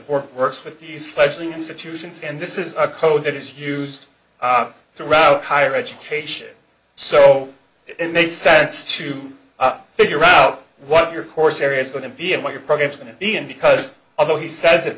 works with these fledgling institutions and this is a code that is used throughout higher education so it makes sense to figure out what your course areas going to be and what your programs going to be in because although he says